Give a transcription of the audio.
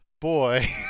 Boy